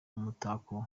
umutako